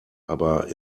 aber